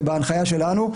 ובהנחיה שלנו,